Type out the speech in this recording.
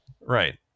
Right